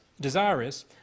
desirous